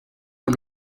del